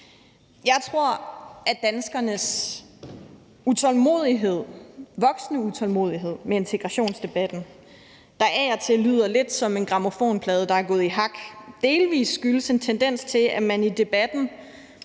Jeg tror, at danskernes voksende utålmodighed med integrationsdebatten, der af og til lyder lidt som en grammofonplade, der er gået i hak, delvis skyldes en tendens til, at man i debatten